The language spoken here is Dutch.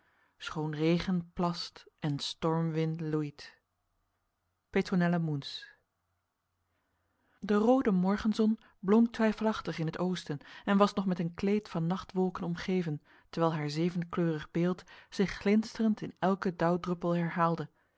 schoon regen plast en stormwind loeit petronella moens de rode morgenzon blonk twijfelachtig in het oosten en was nog met een kleed van nachtwolken omgeven terwijl haar zevenkleurig beeld zich glinsterend in elke dauwdruppel herhaalde